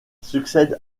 succède